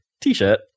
T-shirt